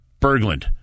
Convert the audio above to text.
Berglund